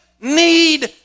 need